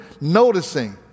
noticing